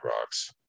rocks